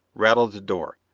rattled the door.